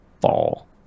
fall